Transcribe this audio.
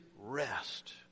rest